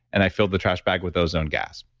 and i filled the trash bag with ozone gas.